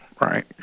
Right